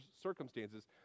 circumstances